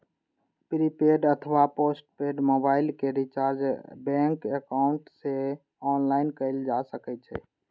prepaid अथवा postpaid mobile के recharge bank account सं ऑनलाइन कैल जा सकै छै